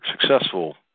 successful